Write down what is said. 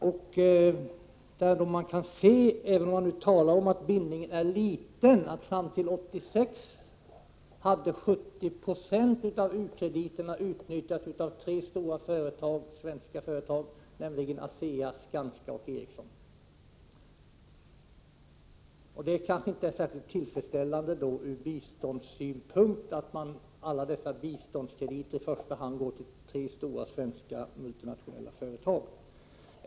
Även om man kan säga att bindningen är liten, kan man konstatera att fram till 1986 hade 70 90 av u-krediterna utnyttjats av tre stora företag, nämligen ASEA, Skanska och Ericsson. Det är väl inte särskilt tillfredsställande ur biståndssynpunkt att alla dessa biståndskrediter går till tre stora svenska multinationella företag.